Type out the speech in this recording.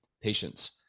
patients